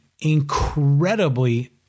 incredibly